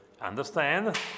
understand